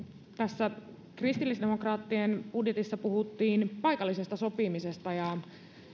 tässä kristillisdemokraattien budjetissa puhuttiin paikallisesta sopimisesta